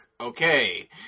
Okay